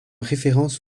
référence